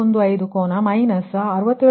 615 ಕೋನ ಮೈನಸ್ 67